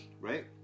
right